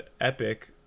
Epic